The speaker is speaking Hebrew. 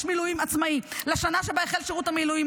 מילואים עצמאי לשנה שבה החל את שירות המילואים,